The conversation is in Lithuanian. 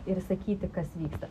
ir sakyti kas vyksta